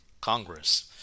Congress